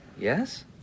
yes